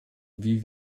wie